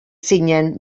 zinen